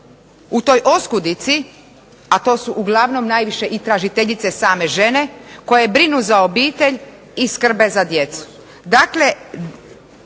u toj oskudici, a to su uglavnom najviše i tražiteljice same žene, koje brinu za obitelj i skrbe za djecu.